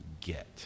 get